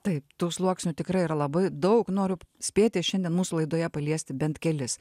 taip tų sluoksnių tikrai yra labai daug noriu spėti šiandien mūsų laidoje paliesti bent kelis